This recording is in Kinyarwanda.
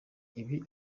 ibi